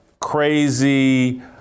crazy